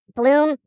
bloom